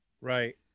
Right